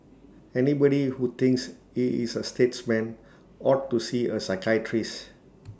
anybody who thinks he is A statesman ought to see A psychiatrist